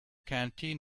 canteen